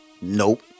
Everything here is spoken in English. nope